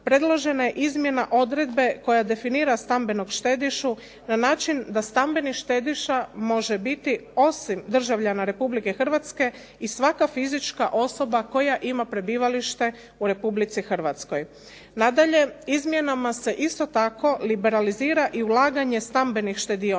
predložena je izmjena odredbe koja definira stambenog štedišu na način da stambeni štediša može biti osim državljana Republike Hrvatske i svaka fizička osoba koja ima prebivalište u Republici Hrvatskoj. Nadalje izmjenama se isto tako liberalizira i ulaganje stambenih štedionica